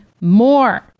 more